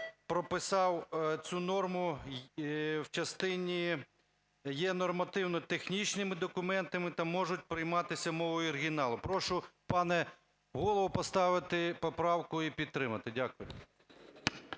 прописав цю норму в частині "є нормативно-технічними документами та можуть прийматися мовою оригіналу". Прошу, пане Голово, поставити поправку і підтримати. Дякую.